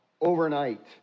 overnight